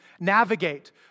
navigate